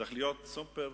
צריך להיות סופר